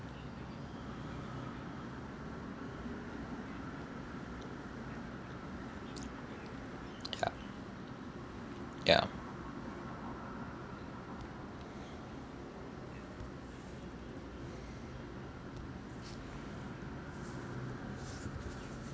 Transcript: ya ya